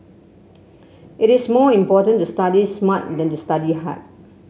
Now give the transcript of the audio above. it is more important to study smart than to study hard